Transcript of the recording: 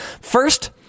First